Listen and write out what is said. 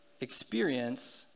experience